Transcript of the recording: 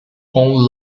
own